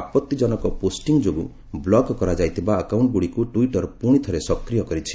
ଆପଭିଜନକ ପୋଷ୍ଟିଂ ଯୋଗୁଁ ବ୍ଲକ କରାଯାଇଥିବା ଆକାଉଣ୍ଟଗୁଡ଼ିକୁ ଟ୍ୱିଟର ପୁଣି ଥରେ ସକ୍ରିୟ କରିଛି